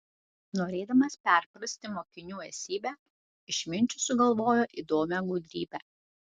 norėdamas perprasti mokinių esybę išminčius sugalvojo įdomią gudrybę